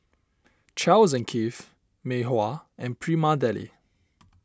Charles and Keith Mei Hua and Prima Deli